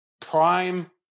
prime